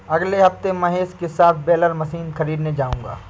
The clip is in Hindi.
अगले हफ्ते महेश के साथ बेलर मशीन खरीदने जाऊंगा